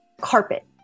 carpet